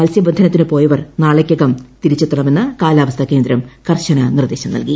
മത്സ്യബന്ധനത്തിനു പോയവർ നാളെയ്ക്കകം ത്രിച്ചെത്തണമെന്ന് കാലവാസ്ഥാകേന്ദ്രം കർശന നിർദേശം നൽക്കി